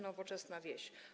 Nowoczesna wieś”